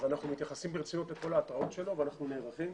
אנחנו מתייחסים ברצינות לכל ההתרעות שלו ואנחנו נערכים.